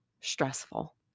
stressful